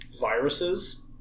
viruses